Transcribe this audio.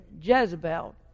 Jezebel